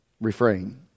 refrain